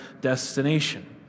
destination